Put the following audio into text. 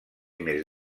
més